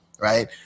right